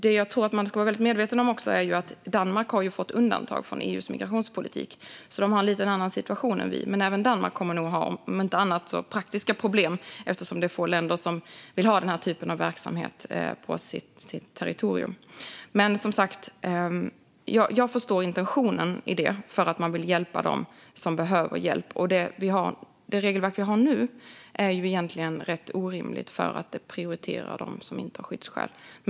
Det jag tror att man ska vara väldigt medveten om är att Danmark har fått undantag från EU:s migrationspolitik, så de har en lite annan situation än vi. Men även Danmark kommer nog att ha praktiska problem, om inte annat eftersom det är få länder som vill ha den här typen av verksamhet på sitt territorium. Som sagt: jag förstår intentionen i detta. Man vill hjälpa dem som behöver hjälp, och det regelverk vi har nu är egentligen rätt orimligt. Det prioriterar nämligen dem som inte har skyddsskäl.